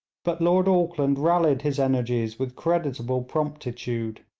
but lord auckland rallied his energies with creditable promptitude.